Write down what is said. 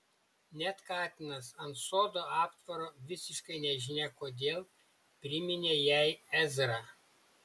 net katinas ant sodo aptvaro visiškai nežinia kodėl priminė jai ezrą